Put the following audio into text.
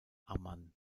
amman